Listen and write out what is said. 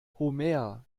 homer